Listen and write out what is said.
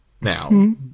now